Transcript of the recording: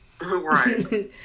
Right